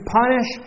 punish